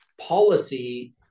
policy